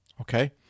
Okay